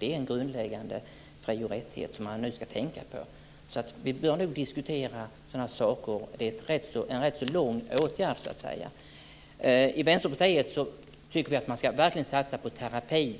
Det är en grundläggande fri och rättighet som man ska tänka på. Vi bör nu diskutera sådana här saker. Det är en rätt så lång åtgärd. I Vänsterpartiet tycker vi att man verkligen ska satsa på terapi,